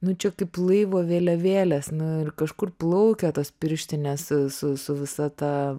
nu čia kaip laivo vėliavėlės nu ir kažkur plaukia tos pirštinės su su visa ta